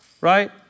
right